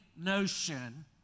notion